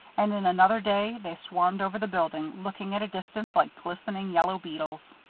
and in another day they swarmed over the building, looking, at a distance, like glistening yellow beetles.